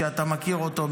שאתה מכיר אותו,